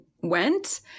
went